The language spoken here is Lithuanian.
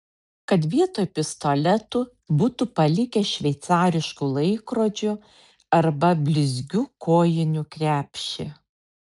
kad vietoj pistoletų būtų palikę šveicariškų laikrodžių arba blizgių kojinių krepšį